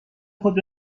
خود